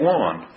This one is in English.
one